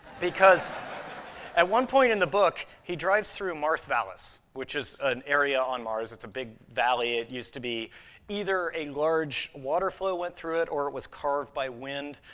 because at one point in the book, he drives through mawrth vallis, which is an area on mars. it's a big valley. it used to be either a large water flow went through it, or it was carved by wind,